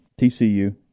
TCU